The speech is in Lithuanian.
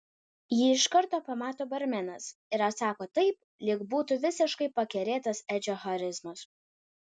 jį iš karto pamato barmenas ir atsako taip lyg būtų visiškai pakerėtas edžio charizmos